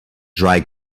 dry